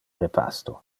repasto